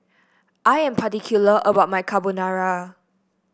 I am particular about my Carbonara